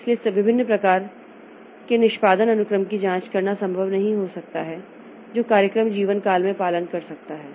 इसलिए सभी विभिन्न प्रकार के निष्पादन अनुक्रम की जांच करना संभव नहीं हो सकता है जो कार्यक्रम जीवनकाल में पालन कर सकता है